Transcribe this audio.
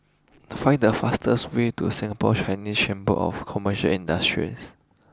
find the fastest way to Singapore Chinese Chamber of Commercial Industries